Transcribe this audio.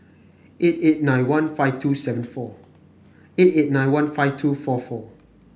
eight eight nine one five two seven four eight eight nine one five two four four